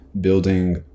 building